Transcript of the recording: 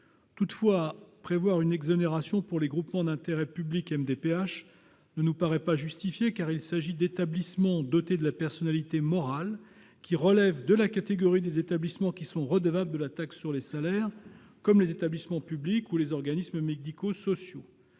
Toutefois, instaurer une exonération pour les groupements d'intérêt public MDPH ne nous paraît pas justifié, car ces établissements dotés de la personnalité morale relèvent de la catégorie des établissements redevables de la taxe sur les salaires, comme les établissements publics ou les organismes médico-sociaux.